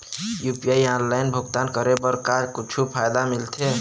UPI online भुगतान करे बर का कुछू फायदा मिलथे?